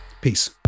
peace